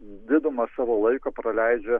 didumą savo laiko praleidžia